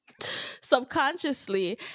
Subconsciously